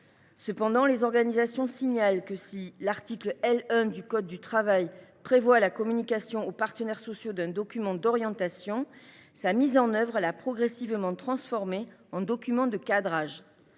Cependant, les organisations signalent que si « l’article L. 1 du code du travail prévoit la communication aux partenaires sociaux d’un document d’orientation […], sa mise en œuvre l’a progressivement transformé en document de cadrage